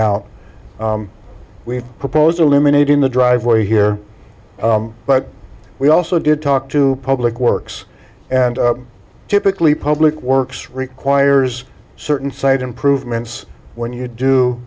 have proposed eliminating the driveway here but we also did talk to public works and typically public works requires certain site improvements when you do